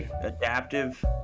adaptive